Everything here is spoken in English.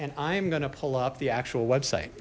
and i'm gonna pull up the actual website